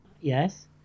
Yes